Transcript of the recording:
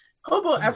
Hobo